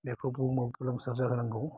बेखौ बुहुमाव फोजोंसार जाहोनांगौ